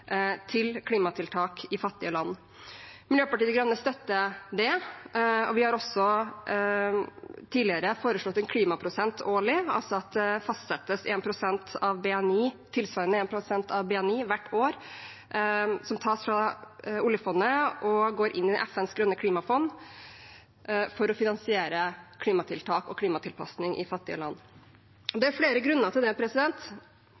til klimatiltak i fattige land. Miljøpartiet De Grønne støtter det. Vi har også tidligere foreslått en årlig klimaprosent, at det fastsettes tilsvarende 1 pst. av BNI hvert år som tas fra oljefondet og går inn i FNs grønne klimafond for å finansiere klimatiltak og klimatilpasning i fattige land. Det er flere grunner til det.